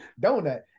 Donut